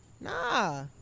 Nah